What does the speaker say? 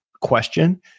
question